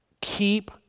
keep